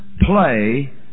play